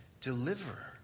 deliverer